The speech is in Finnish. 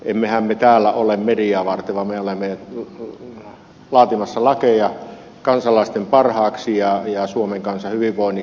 emmehän me täällä ole mediaa varten vaan me olemme laatimassa lakeja kansalaisten parhaaksi ja suomen kansan hyvinvoinniksi